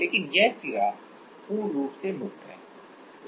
लेकिन यह सिरा पूर्ण रूप से मुक्त है